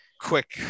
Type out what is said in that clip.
quick